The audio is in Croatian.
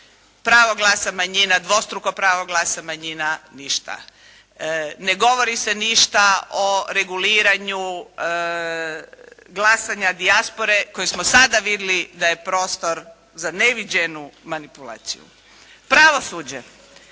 pravo glasa manjina, dvostruko pravo glasa manjina. Ništa. Ne govori se ništa o reguliranju glasanja dijaspore koji smo sada vidjeli da je prostor za neviđenu manipulaciju. Pravosuđe.